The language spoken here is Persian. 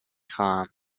خواهم